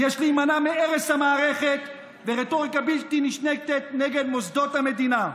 ויש להימנע מהרס המערכת ברטוריקה בלתי נשלטת נגד מוסדות המדינה.